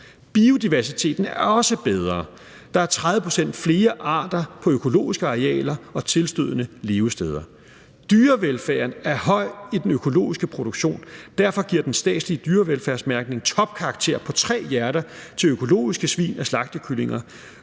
Biodiversiteten er også bedre. Der er 30 pct. flere arter på økologiske arealer og tilstødende levesteder. Dyrevelfærden er høj i den økologiske produktion. Derfor giver den statslige dyrevelfærdsmærkning topkarakter på tre hjerter til økologiske svin og slagtekyllinger.